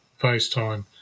FaceTime